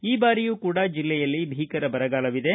ಈ ಬಾರಿಯೂ ಕೂಡಾ ಜಿಲ್ಲೆಯಲ್ಲಿ ಭೀಕರ ಬರಗಾಲವಿದೆ